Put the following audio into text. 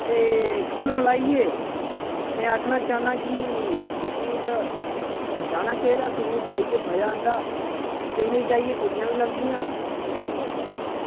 ते कुल मलाइयै में आखना चाह्न्नां कि पिकनिक जाना चाहिदा पिकनिक जाइयै मजा औंदा पिकनिक जाइयै कुड़ियां बी लभदियां